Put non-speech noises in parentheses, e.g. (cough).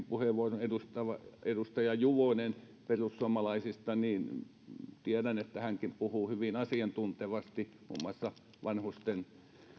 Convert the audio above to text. (unintelligible) puheenvuoron edustaja edustaja juvonen myöskin perussuomalaisista ja tiedän että hänkin puhuu hyvin asiantuntevasti muun muassa vanhusten